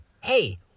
hey